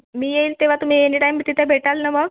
मी येईन तेव्हा तुम्ही एनी टाईम तिथं भेटाल ना मग